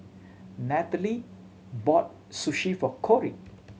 Natalee bought Sushi for Kori